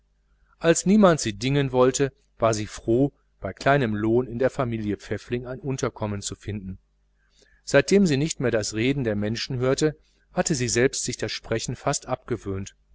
als niemand sie dingen wollte war sie froh bei kleinem lohn in der familie pfäffling ein unterkommen zu finden seitdem sie nicht mehr das reden der menschen hörte hatte sie selbst sich das sprechen fast abgewöhnt